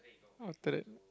after